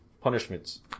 punishments